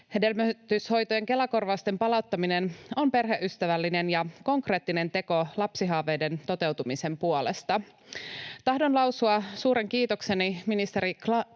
Hedelmöityshoitojen Kela-korvausten palauttaminen on perheystävällinen ja konkreettinen teko lapsihaaveiden toteutumisen puolesta. Tahdon lausua suuren kiitokseni ministeri